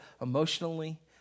emotionally